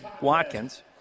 Watkins